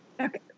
Okay